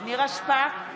נירה שפק,